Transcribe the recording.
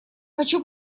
хочу